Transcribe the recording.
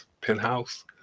Penthouse